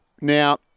Now